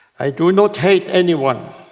i do not hate anyone.